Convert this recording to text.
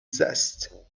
zest